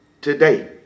Today